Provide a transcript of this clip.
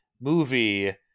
movie